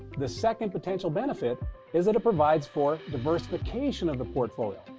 the second potential benefit is that it provides for diversification of the portfolio.